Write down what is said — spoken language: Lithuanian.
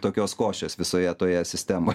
tokios košės visoje toje sistemoj